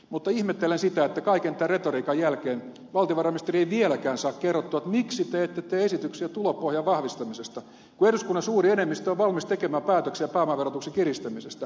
mutta ihmettelen sitä että kaiken tämän retoriikan jälkeen valtiovarainministeri ei vieläkään saa kerrottua miksi te ette tee esityksiä tulopohjan vahvistamisesta kun eduskunnan suuri enemmistö on valmis tekemään päätöksiä pääomaverotuksen kiristämisestä